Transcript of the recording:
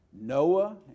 Noah